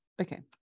Okay